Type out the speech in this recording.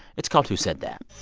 it's called who said that